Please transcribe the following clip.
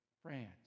France